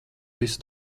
visu